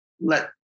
let